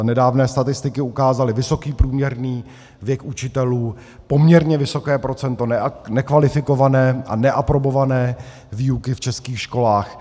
Nedávné statistiky ukázaly vysoký průměrný věk učitelů, poměrně vysoké procento nekvalifikované a neaprobované výuky v českých školách.